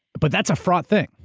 but that's a fraught thing.